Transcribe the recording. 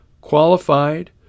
qualified